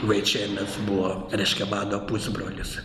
vaičėnas buvo reiškia mano pusbrolis